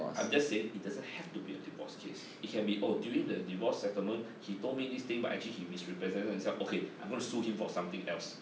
I'm just saying it doesn't have to be a divorce case it can be oh during the divorce settlement he told me this thing but actually he misrepresent himself okay I'm gonna sue him for something else